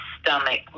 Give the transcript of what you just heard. stomach